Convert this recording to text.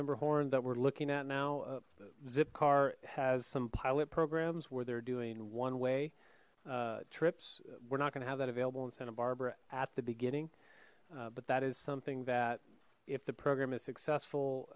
member horn that we're looking at now zipcar has some pilot programs where they're doing one way trips we're not gonna have that available in santa barbara at the beginning but that is something that if the program is successful